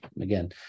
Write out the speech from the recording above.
again